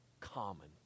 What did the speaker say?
Common